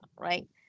right